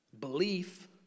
belief